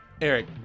Eric